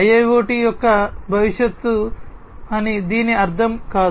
IIoT యొక్క భవిష్యత్తు అని దీని అర్థం కాదు